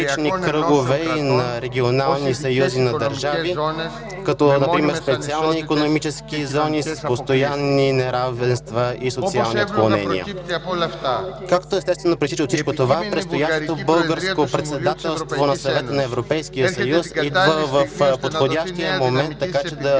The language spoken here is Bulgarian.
съюз на концентрични кръгове и на регионални съюзи на държави, като специални икономически зони с постоянни неравенства и социални отклонения. Както естествено произтича от всичко това, предстоящото българско председателство на Съвета на Европейския съюз идва в подходящия момент, така че да